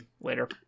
later